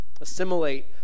assimilate